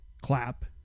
clap